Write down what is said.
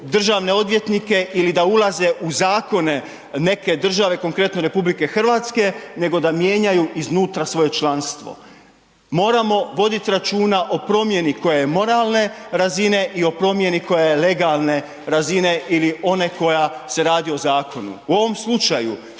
državne odvjetnike ili da ulaze u zakone neke države, konkretno RH, nego da mijenjaju iznutra svoje članstvo. Moramo voditi računa o promjeni koja je moralne razine i o promjeni koja je legalne razine ili one koja se radi o zakonu. U ovom slučaju,